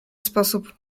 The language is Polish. sposób